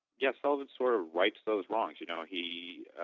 yeah sullivan sort of writes those along you know he